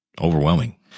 overwhelming